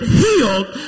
healed